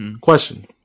Question